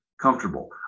comfortable